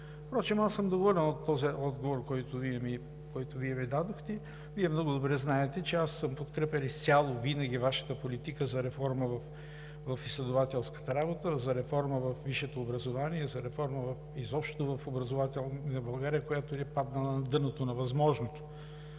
Впрочем, аз съм доволен от този отговор, който Вие ми дадохте. Много добре знаете, че аз съм подкрепял изцяло винаги Вашата политика за реформа в изследователската работа, за реформа във висшето образование, за реформа изобщо в образователна България, която е паднала на дъното на възможното.